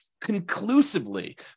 conclusively